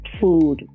food